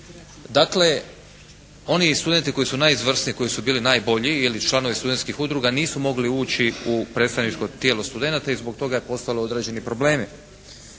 Dakle, oni studenti koji su najizvrsniji, koji su bili najbolji ili članovi studentskih udruga nisu mogli ući u predstavničko tijelo studenata i zbog toga je postalo određeni problemi.